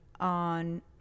on